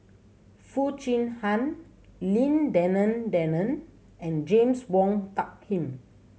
Foo Chee Han Lim Denan Denon and James Wong Tuck Him